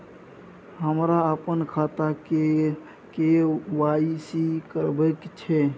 हमरा अपन खाता के के.वाई.सी करबैक छै